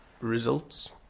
results